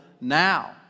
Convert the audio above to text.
now